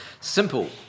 simple